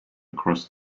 across